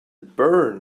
burn